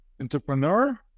entrepreneur